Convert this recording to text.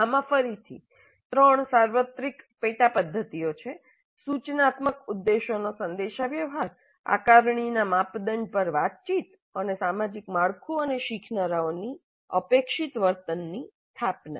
આમાં ફરીથી ત્રણ સાર્વત્રિક પેટા પદ્ધતિઓ છે સૂચનાત્મક ઉદ્દેશોનો સંદેશાવ્યવહાર આકારણીના માપદંડ પર વાતચીત અને સામાજિક માળખું અને શીખનારાઓની અપેક્ષિત વર્તનની સ્થાપના